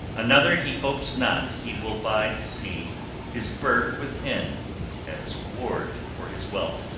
another he hopes not he will bide to see his burg within as ward for his wealth,